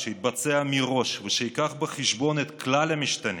שיתבצע מראש ושייקח בחשבון את כלל המשתנים?